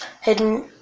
hidden